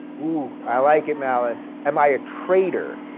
ooh, i like it, malice. am i a traitor?